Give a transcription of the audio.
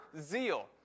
zeal